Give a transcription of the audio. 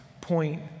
point